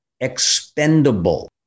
expendable